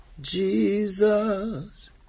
Jesus